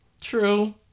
True